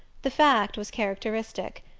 the fact was characteristic.